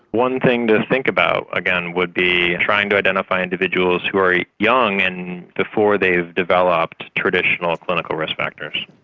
one thing to think about, again, would be trying to identify individuals who are young and before they've developed traditional clinical risk factors.